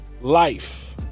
life